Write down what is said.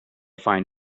find